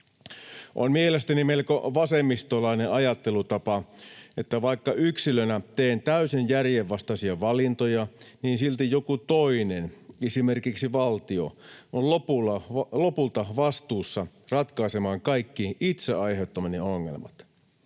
On mielestäni melko vasemmistolainen ajattelutapa, että vaikka yksilönä teen täysin järjenvastaisia valintoja, niin silti joku toinen, esimerkiksi valtio, on lopulta vastuussa ratkaisemaan kaikki itse aiheuttamani ongelmat.